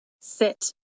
sit